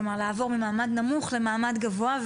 כלומר לעבור ממעמד נמוך למעמד גבוה,